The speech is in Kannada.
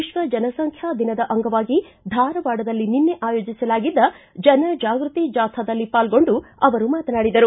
ವಿಶ್ವ ಜನಸಂಖ್ಯಾ ದಿನಾಚರಣೆ ಅಂಗವಾಗಿ ಧಾರವಾಡದಲ್ಲಿ ನಿನ್ನೆ ಆಯೋಜಿಸಲಾಗಿದ್ದ ಜನ ಜಾಗೃತಿ ಜಾಥಾದಲ್ಲಿ ಪಾಲ್ಗೊಂಡು ಅವರು ಮಾತನಾಡಿದರು